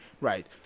right